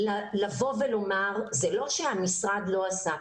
לבוא ולומר זה לא שהמשרד לא עשה.